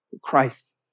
Christ